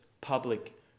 public